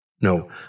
No